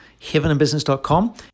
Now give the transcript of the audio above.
heavenandbusiness.com